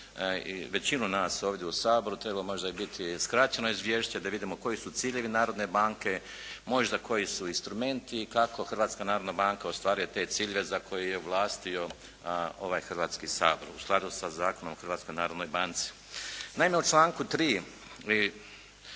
većinu nas ovdje u Saboru trebalo možda biti skraćeno Izvješće, da vidimo koji su ciljevi Narodne banke, možda koji su instrumenti, kako Hrvatska narodna banka ostvaruje te ciljeve za koje je ovlastio ovaj Hrvatski sabor u skladu sa Zakonom o Hrvatskoj narodnoj banci. Naime, u članku 3.